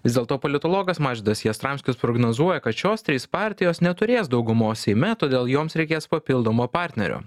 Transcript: vis dėlto politologas mažvydas jastramskis prognozuoja kad šios trys partijos neturės daugumos seime todėl joms reikės papildomo partnerio